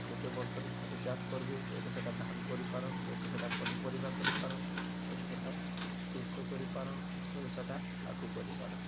ଗୋଟେ ବର୍ଷରେ ଥରେ ଚାଷ୍ କରିବେ ହୁଏତ ସେଟା ଧାନ କରିପାରନ୍ ହୁଏତ ସେଟା ପନିପରିବା କରିପାରନ୍ ହୁଏତ ସେଟା ସୁର୍ଷ କରିପାରନ୍ ହୁଏତ ସେଇଟା ଆଖୁ କରିପାରନ୍